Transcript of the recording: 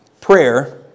prayer